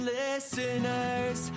listeners